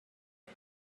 say